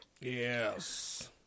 Yes